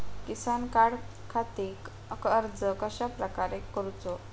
किसान कार्डखाती अर्ज कश्याप्रकारे करूचो?